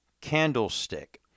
candlestick